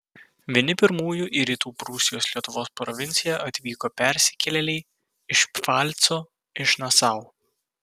vieni pirmųjų į rytų prūsijos lietuvos provinciją atvyko persikėlėliai iš pfalco iš nasau